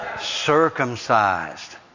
circumcised